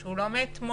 שהוא לא מאתמול,